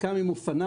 חלקם עם אופניים,